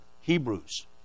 Hebrews